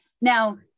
Now